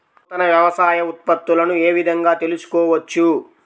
నూతన వ్యవసాయ ఉత్పత్తులను ఏ విధంగా తెలుసుకోవచ్చు?